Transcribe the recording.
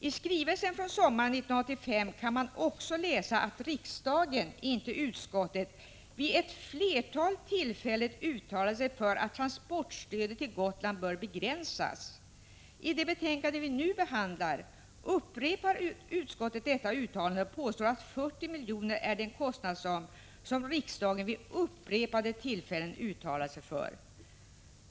I skrivelsen från sommaren 1985 kan man också läsa att riksdagen — inte utskottet — vid ett flertal tillfällen uttalat sig för att transportstödet till Gotland bör begränsas. I det betänkande vi nu behandlar upprepar utskottet detta uttalande och påstår att 40 miljoner är den kostnadsram som riksdagen vid upprepade tillfällen uttalat sig för.